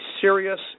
serious